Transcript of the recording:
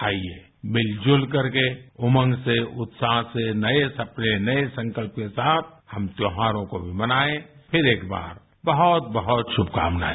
आइए मिलजुल करके उमंग से उत्साह से नये सपने नये संकल्प के साथ हम त्यौहारों को भी मनाएं फिर एक बार बहत बहत श्रभकामनाएं